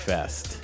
Fest